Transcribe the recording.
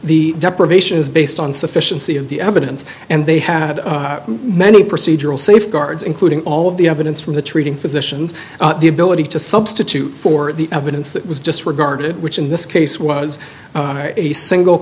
the deprivation is based on sufficiency of the evidence and they had many procedural safeguards including all of the evidence from the treating physicians the ability to substitute for the evidence that was disregarded which in this case was a single